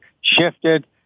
shifted